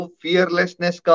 fearlessness